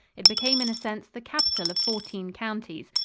it became in a sense the capital of fourteen counties,